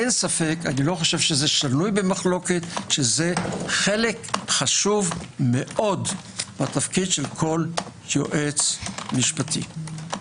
אני לא חושב ששנוי במחלוקת שזה חלק חשוב מאוד בתפקיד של כל יועץ משפטי.